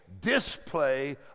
display